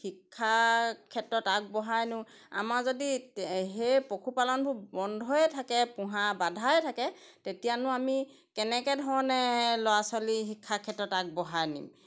শিক্ষাৰ ক্ষেত্ৰত আগবঢ়াই নিওঁ আমাৰ যদি সেই পশুপালনবোৰ বন্ধই থাকে পোহা বাধাই থাকে তেতিয়ানো আমি কেনেকৈ ধৰণে ল'ৰা ছোৱালী শিক্ষাৰ ক্ষেত্ৰত আগবঢ়াই নিম